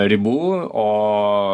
ribų o